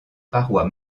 paroi